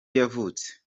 yavutse